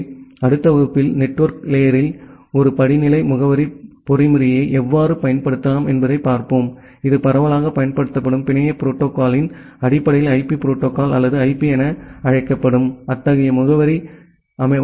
எனவே அடுத்த வகுப்பில் நெட்வொர்க் லேயரில் ஒரு படிநிலை முகவரி பொறிமுறையை எவ்வாறு பயன்படுத்தலாம் என்பதைப் பார்ப்போம் இது பரவலாகப் பயன்படுத்தப்படும் பிணைய புரோட்டோகால்யின் அடிப்படையில் ஐபி புரோட்டோகால் அல்லது ஐபி என அழைக்கப்படும் அத்தகைய முகவரியை வடிவமைக்க